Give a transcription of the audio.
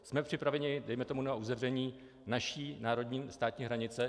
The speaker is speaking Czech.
Jsme připraveni, dejme tomu, na uzavření naší národní, státní hranice?